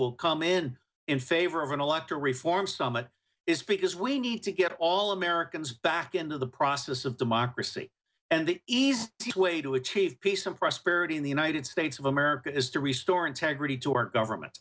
will come in in favor of an electoral reform summit is because we need to get all americans back into the process of democracy and the easy way to achieve peace and prosperity in the united states of america is to restore integrity to our government